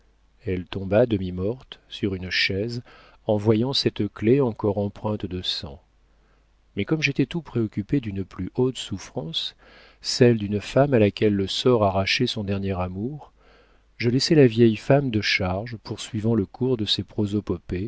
elle tomba demi-morte sur une chaise en voyant cette clef encore empreinte de sang mais comme j'étais tout préoccupé d'une plus haute souffrance celle d'une femme à laquelle le sort arrachait son dernier amour je laissai la vieille femme de charge poursuivant le cours de ses